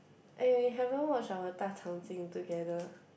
eh haven't watch our Da Chang Jin together